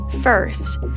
First